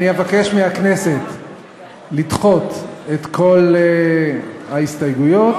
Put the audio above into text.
אבקש מהכנסת לדחות את כל ההסתייגויות